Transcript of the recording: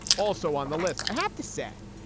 also on the list, i have to say,